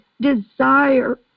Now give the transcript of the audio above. desire